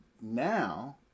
now